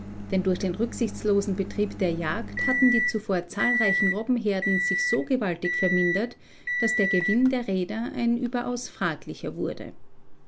denn durch den rücksichtslosen betrieb der jagd hatten die zuvor zahlreichen robbenherden sich so gewaltig vermindert daß der gewinn der reeder ein überaus fraglicher wurde